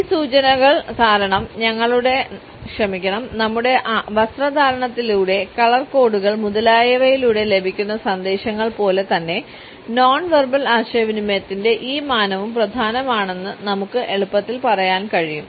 ഈ സൂചനകൾ കാരണം ഞങ്ങളുടെ വസ്ത്രധാരണത്തിലൂടെ കളർ കോഡുകൾ മുതലായവയിലൂടെ ലഭിക്കുന്ന സന്ദേശങ്ങൾ പോലെ തന്നെ നോൺ വെർബൽ ആശയവിനിമയത്തിന്റെ ഈ മാനവും പ്രധാനമാണെന്ന് നമുക്ക് എളുപ്പത്തിൽ പറയാൻ കഴിയും